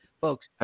Folks